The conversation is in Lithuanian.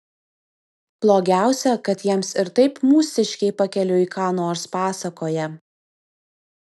blogiausia kad jiems ir taip mūsiškiai pakeliui ką nors pasakoja